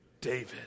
David